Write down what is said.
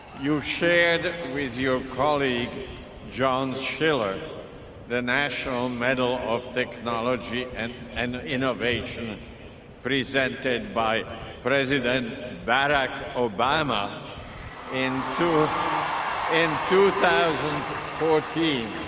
you shared with your colleague john schiller the national medal of technology and and innovation presented by president barack obama in two in two thousand and fourteen